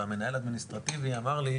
והמנהל האדמיניסטרטיבי אמר לי,